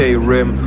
K-Rim